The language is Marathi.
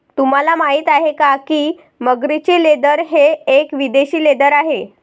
तुम्हाला माहिती आहे का की मगरीचे लेदर हे एक विदेशी लेदर आहे